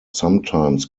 sometimes